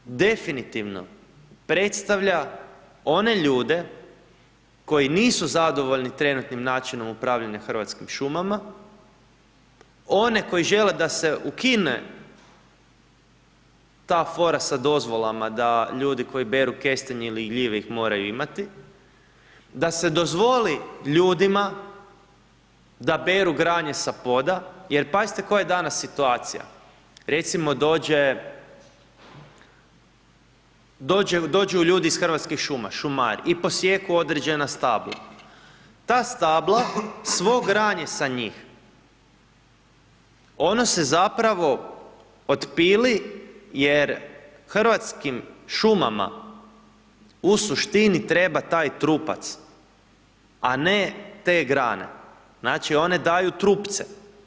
Živi zid definitivno predstavlja one ljude koji nisu zadovoljni trenutnim načinom upravljanja Hrvatskim šumama, one koji žele da se ukine ta fora sa dozvolama, da ljudi koji beru kestenje ili gljive ih moraju imati, da se dozvoli ljudima da beru granje sa poda jer pazite koja je danas situacija, recimo dođe, dođu ljudi iz Hrvatski šuma, šumari i posijeku određena stabla, ta stabla svo granje sa njih ona se zapravo otpili jer Hrvatskim šumama u suštini treba taj trupac, a ne te grane, znači one daju trupce.